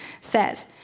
says